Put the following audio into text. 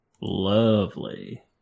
Lovely